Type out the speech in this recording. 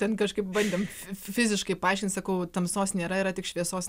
ten kažkaip bandėm fiziškai paaiškint sakau tamsos nėra yra tik šviesos